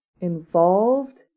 involved